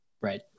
Right